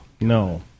No